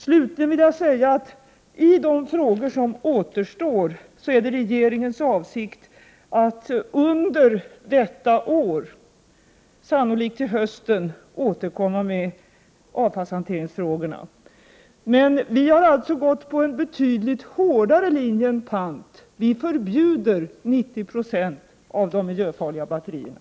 Slutligen vill jag säga att regeringen har för avsikt att under detta år, sannolikt till hösten, återkomma till avfallshanteringsfrågorna. Vi har alltså gått på en betydligt hårdare linje än pant. Vi förbjuder 90 2 av de miljöfarliga batterierna.